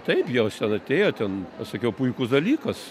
taip jos ten atėjo ten sakiau puikus dalykas